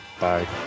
Bye